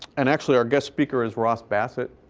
and actually our guest speaker is ross bassett,